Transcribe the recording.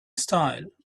style